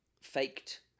faked